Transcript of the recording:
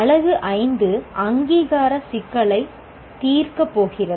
அலகு 5 அங்கீகார சிக்கலை தீர்க்கப் போகிறது